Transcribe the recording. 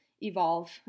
evolve